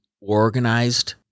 organized